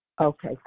Okay